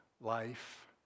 life